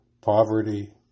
poverty